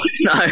No